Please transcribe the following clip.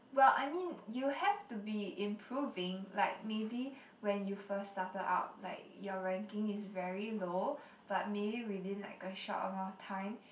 well I mean you have to be improving like maybe when you first started out like your ranking is very low but maybe within like a short amount of time